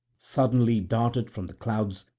suddenly darted from the clouds,